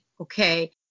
okay